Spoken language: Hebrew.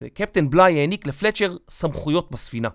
וקפטן בלאי העניק לפלצ'ר סמכויות בספינה.